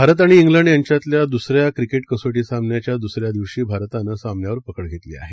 भारत आणि सिंड यांच्यातल्या द्सऱ्या क्रिकेट कसोटी सामन्याच्या द्सऱ्या दिवशी भारतानं सामन्यावर पकड घेतली आहे